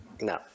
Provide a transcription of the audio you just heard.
No